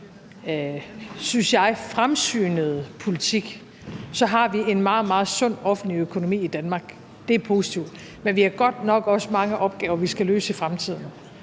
synes jeg, fremsynede politik har en meget, meget sund offentlig økonomi i Danmark. Det er positivt, men vi har godt nok også mange opgaver, vi i fremtiden